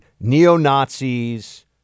neo-Nazis